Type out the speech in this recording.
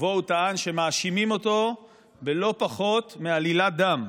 ובו הוא טען שמאשימים אותו בלא פחות מעלילת דם.